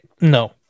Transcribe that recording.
No